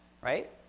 right